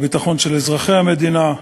לביטחון של אזרחי המדינה,